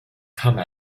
come